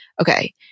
Okay